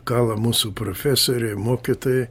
kala mūsų profesoriai mokytoja